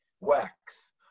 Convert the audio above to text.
wax